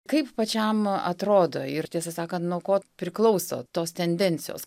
kaip pačiam atrodo ir tiesą sakant nuo ko priklauso tos tendencijos